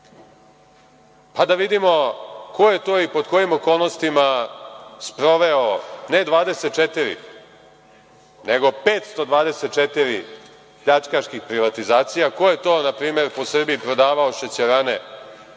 pa da vidimo ko je to i pod kojim okolnostima sproveo ne 24, nego 524 pljačkaških privatizacija, ko je to npr. po Srbiji prodavao šećerane